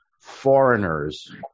Foreigners